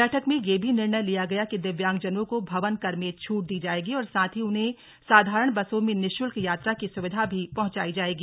बैठक में यह भी निर्णय लिया गया कि दिव्यांगजनों को भवन कर में छूट दी जाएगी और साथ ही उन्हें साधारण बसों में निःशुल्क यात्रा की सुविधा भी पहुंचाई जाएगी